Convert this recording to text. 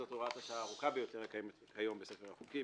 זו הוראת השעה הארוכה ביותר שקיימת היום בספר החוקים,